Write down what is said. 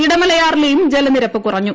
ഇടമലയാറിലെയും ജലനിരപ്പ് കുറഞ്ഞു